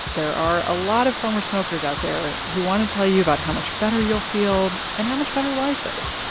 there are a lot of former smokers out there who want to tell you about how much better you'll feel and how much better life is.